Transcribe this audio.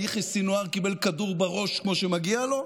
יחיא סנוואר קיבל כדור בראש כמו שמגיע לו?